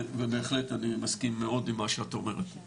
ובהחלט אני מסכים מאוד עם מה שאת אומרת.